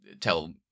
tell